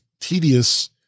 tedious